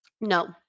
No